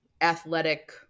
athletic